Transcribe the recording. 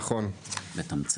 בתמצית.